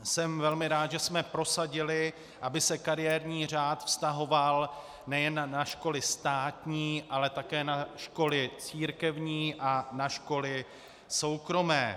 Jsem velmi rád, že jsme prosadili, aby se kariérní řád vztahoval nejen na školy státní, ale také na školy církevní a na školy soukromé.